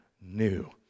new